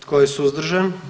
Tko je suzdržan?